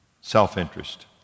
self-interest